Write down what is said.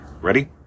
Ready